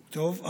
טוב.